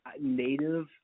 native